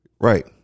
right